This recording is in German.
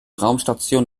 raumstation